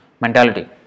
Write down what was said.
mentality